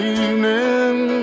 evening